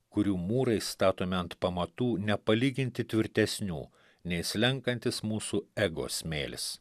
kurių mūrai statomi ant pamatų nepalyginti tvirtesnių nei slenkantis mūsų ego smėlis